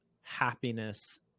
happiness